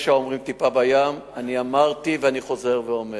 יש האומרים טיפה בים, אני אמרתי ואני חוזר ואומר: